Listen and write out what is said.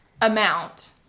amount